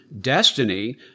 destiny